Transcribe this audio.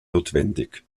notwendig